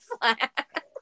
flat